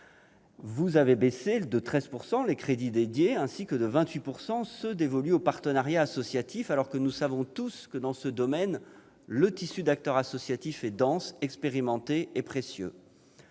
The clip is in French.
Vous avez baissé de 13 % ces crédits, ainsi que de 28 % les crédits dévolus aux partenariats associatifs, alors que nous savons tous que, dans ce domaine, le tissu des acteurs associatifs est dense, expérimenté et précieux.